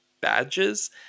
badges